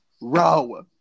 row